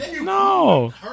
No